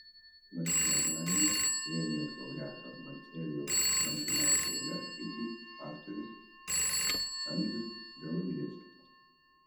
nacionalinės premijos laureato marcelijaus martinaičio eiles skaitys aktorius andrius bialobžeskis